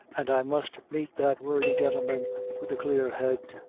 and i must meet that worthy gentleman with a clear head.